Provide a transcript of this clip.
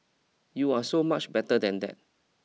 you are so much better than that